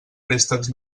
préstecs